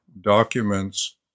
documents